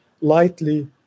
lightly